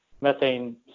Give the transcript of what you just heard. methane